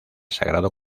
sagrado